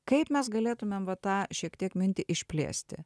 kaip mes galėtumėm va tą šiek tiek mintį išplėsti